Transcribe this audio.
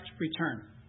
return